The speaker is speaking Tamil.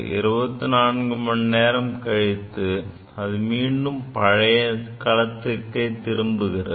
24 மணி நேரம் கழித்து அது மீண்டும் பழைய தளத்திற்கே திரும்புகிறது